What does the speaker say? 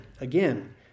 again